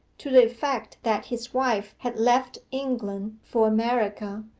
to the effect that his wife had left england for america,